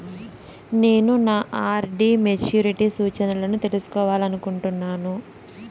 నేను నా RD maturity సూచనలను తెలుసుకోవాలనుకుంటున్నాను